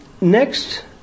next